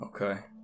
okay